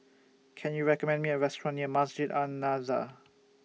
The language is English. Can YOU recommend Me A Restaurant near Masjid An Nahdhah